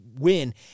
win